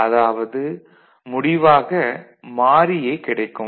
அதாவது முடிவாக 'மாறி'யே கிடைக்கும்